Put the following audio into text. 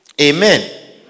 Amen